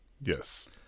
Yes